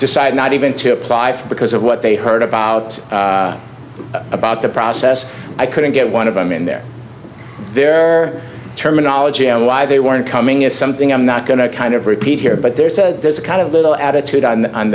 decided not even to apply for because of what they heard about about the process i couldn't get one of them in there their terminology on why they weren't coming is something i'm not going to kind of repeat here but there's a there's a kind of little attitude on